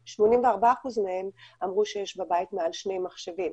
84% מהם אמרו שיש בבית מעל שני מחשבים,